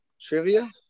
trivia